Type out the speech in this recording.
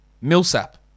Millsap